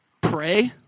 pray